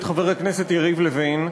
את חבר כנסת יריב לוין.